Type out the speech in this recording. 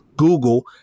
Google